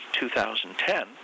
2010